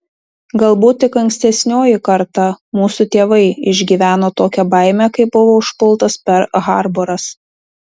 galbūt tik ankstesnioji karta mūsų tėvai išgyveno tokią baimę kai buvo užpultas perl harboras